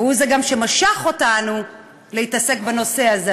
והוא זה גם שמשך אותנו להתעסק בנושא הזה.